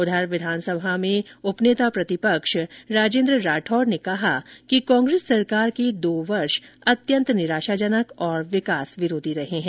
उधर विधानसभा में उपनेता प्रतिपक्ष राजेन्द्र राठौड़ ने कहा कि कांग्रेस सरकार के दो वर्ष अत्यन्त निराशाजनक और विकास विरोधी रहे हैं